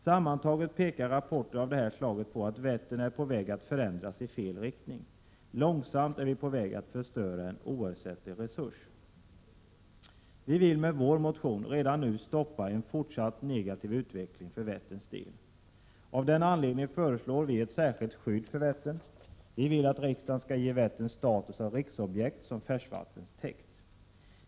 Sammantaget pekar rapporter av det här slaget på att Vättern är på väg att förändras i fel riktning. Långsamt är man på väg att förstöra en oersättlig resurs. Vi vill med vår motion redan nu stoppa en fortsatt negativ utveckling för Vättern. Av den anledningen föreslår vi ett särskilt skydd för Vättern. Vi vill att riksdagen skall ge Vättern status av riksobjekt som färskvattenstäkt.